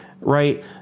right